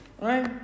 Right